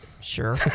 sure